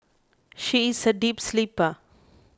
she is a deep sleeper